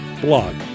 blog